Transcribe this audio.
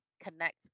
connect